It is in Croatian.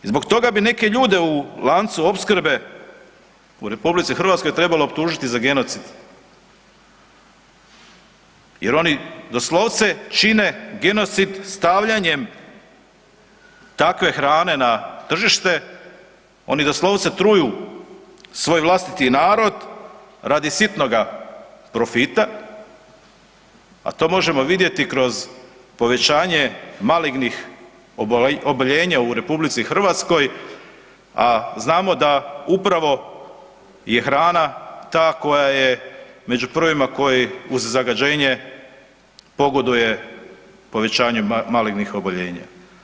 I zbog toga bi neke ljude u lancu opskrbe u RH trebalo optužiti za genocid jer oni doslovce čine genocid stavljanjem takve hrane na tržište, oni doslovce truju svoj vlastiti narod radi sitnoga profita, a to možemo vidjeti kroz povećanje malignih oboljenja u RH, a znamo da upravo je hrana ta koja je među prvima koji uz zagađenje pogoduje povećanje malignih oboljenja.